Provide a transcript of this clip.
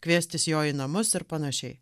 kviestis jo į namus ir panašiai